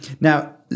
Now